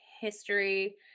history